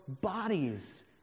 bodies